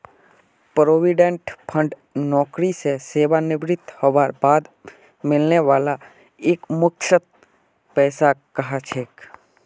provident fund नौकरी स सेवानृवित हबार बाद मिलने वाला एकमुश्त पैसाक कह छेक